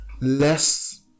less